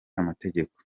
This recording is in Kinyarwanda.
amategeko